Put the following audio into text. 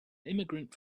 immigrant